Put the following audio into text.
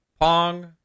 pong